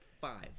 five